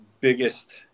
biggest